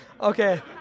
Okay